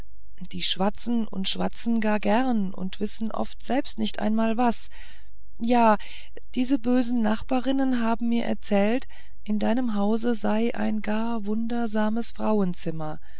die schwatzen und schwatzen gar gern und wissen oft selbst nicht einmal was ja diese bösen nachbarinnen haben mir erzählt in deinem hause sei ein gar wunderbares frauenzimmer